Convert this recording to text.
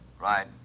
Right